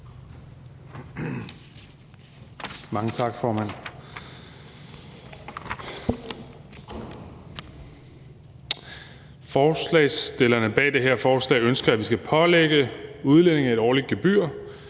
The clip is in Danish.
Mange tak, formand. Forslagsstillerne bag det her forslag ønsker, at vi skal pålægge udlændinge et årligt gebyr